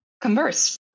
converse